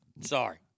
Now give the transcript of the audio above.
Sorry